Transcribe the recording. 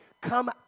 come